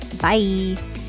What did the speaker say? Bye